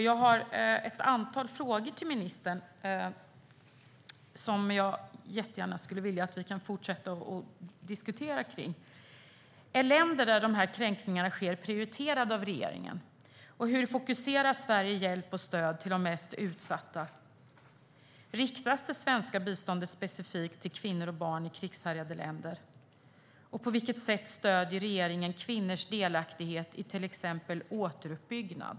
Jag har ett antal frågor till ministern som jag gärna vill att vi fortsätter diskutera. Är länder där dessa kränkningar sker prioriterade av regeringen? Hur fokuserar Sverige hjälp och stöd till de mest utsatta? Riktas det svenska biståndet specifikt till kvinnor och barn i krigshärjade länder? Och på vilket sätt stöder regeringen kvinnors delaktighet i till exempel återuppbyggnad?